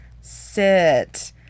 Sit